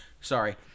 Sorry